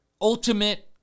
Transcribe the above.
ultimate